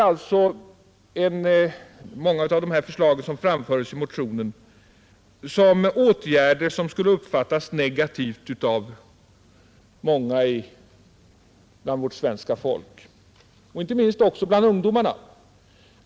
Flera av de åtgärder som föreslås i motionen skulle alltså enligt min mening uppfattas negativt av många bland vårt folk, inte minst bland ungdomarna.